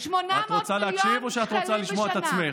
את רוצה להקשיב או שאת רוצה לשמוע את עצמך?